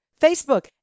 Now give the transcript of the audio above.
Facebook